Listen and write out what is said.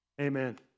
Amen